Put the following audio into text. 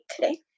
today